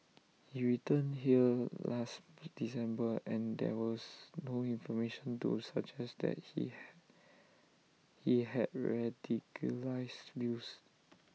he returned here last December and there was no information to suggest that he had he had radicalised views